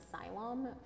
asylum